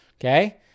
Okay